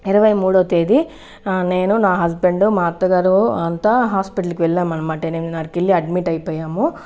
ఇరవై మూడవ తేదీ నేను నా హస్బెండ్ మా అత్తగారు అంతా హాస్పిటల్కి వెళ్ళాము అన్నమాట ఎనిమిదిన్నరకెళ్ళి అడ్మిట్ అయిపోయాము